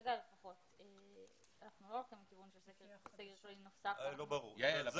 וכרגע לפחות אנחנו לא הולכים לכיוון של סגר נוסף --- זה לא ברור.